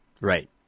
Right